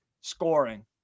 scoring